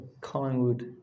Collingwood